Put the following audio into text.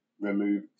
remove